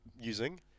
Using